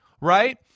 Right